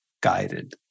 guided